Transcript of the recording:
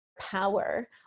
power